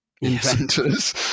inventors